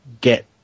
get